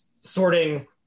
sorting